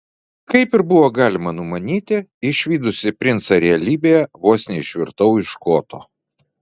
kaip ir buvo galima numanyti išvydusi princą realybėje vos neišvirtau iš koto